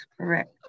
Correct